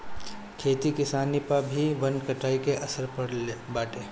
खेती किसानी पअ भी वन कटाई के असर पड़त बाटे